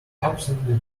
absolutely